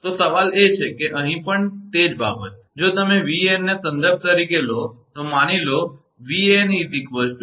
તો સવાલ એ છે કે અહીં પણ તે જ બાબત જો તમે 𝑉𝑎𝑛 ને સંદર્ભ તરીકે લો તો માની લો 𝑉𝑎𝑛 𝑉𝑎𝑛∠0°